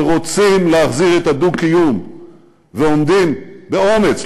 שרוצים להחזיר את הדו-קיום ועומדים באומץ,